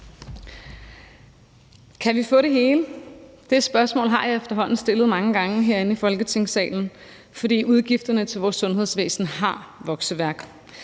Kan vi få det hele? Det spørgsmål har jeg efterhånden stillet mange gange herinde i Folketingssalen, for udgifterne til vores sundhedsvæsen har vokseværk.